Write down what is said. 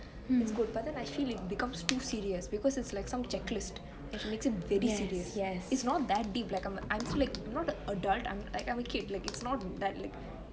is good but I feel it becomes too serious because it's like some checklist which makes it very serious it's not that deep like I'm still a kid you know the adult I'm a kid like it's not that like